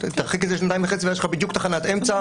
תרחיק את זה לשנתיים וחצי ויש לך בדיוק תחנת אמצע.